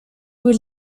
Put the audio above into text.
would